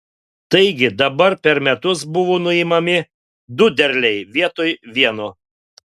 taigi dabar per metus buvo nuimami du derliai vietoj vieno